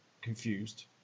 confused